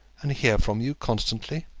and hear from you constantly.